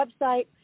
website